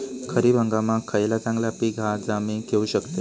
खरीप हंगामाक खयला चांगला पीक हा जा मी घेऊ शकतय?